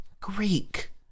Greek